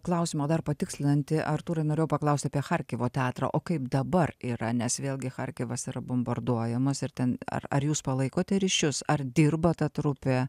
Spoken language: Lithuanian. klausimą dar patikslinantį artūrai norėjau paklausti apie charkivo teatrą o kaip dabar yra nes vėlgi charkivas yra bombarduojamas ir ten ar ar jūs palaikote ryšius ar dirba ta trupė